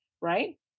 right